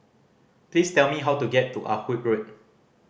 please tell me how to get to Ah Hood Road